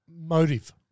Motive